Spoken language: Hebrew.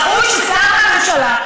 ראוי ששר מהממשלה,